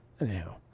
Anyhow